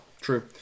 true